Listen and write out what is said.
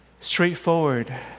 straightforward